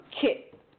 kit